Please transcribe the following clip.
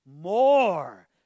more